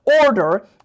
order